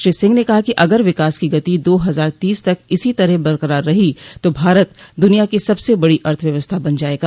श्री सिंह ने कहा कि अगर विकास की गति दो हजार तीस तक इसी तरह बरकरार रही तो भारत दुनिया की सबसे बडो अर्थव्यवस्था बन जायेगा